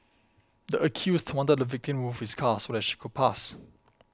the accused wanted the victim to move his car so that she could pass